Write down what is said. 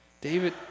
David